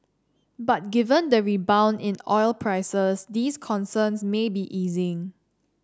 but given the rebound in oil prices these concerns may be easing